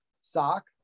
sock